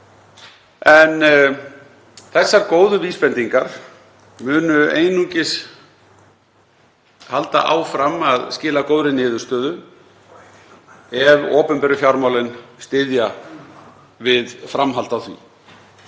Þessar góðu vísbendingar munu einungis halda áfram að skila góðri niðurstöðu ef opinberu fjármálin styðja við framhald á því